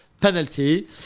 penalty